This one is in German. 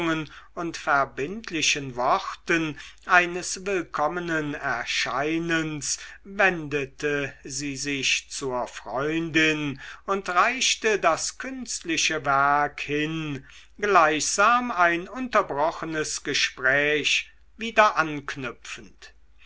und verbindlichen worten eines willkommenen erscheinens wendete sie sich zur freundin und reichte das künstliche werk hin gleichsam ein unterbrochenes gespräch wieder anknüpfend